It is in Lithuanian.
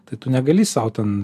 tai tu negali sau ten